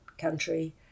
country